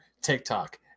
TikTok